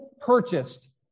purchased